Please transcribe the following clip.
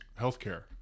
healthcare